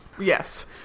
Yes